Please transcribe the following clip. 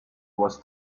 was